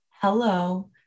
Hello